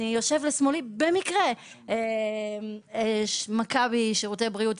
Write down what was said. במקרה יושב לשמאלי נציג של מכבי שירותי בריאות,